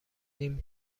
نیم